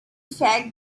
fact